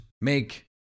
make